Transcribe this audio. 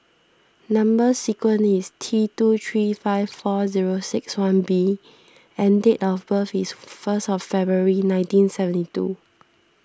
Number Sequence is T two three five four zero six one B and date of birth is first of February nineteen seventy two